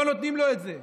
לא נותנים לו את זה.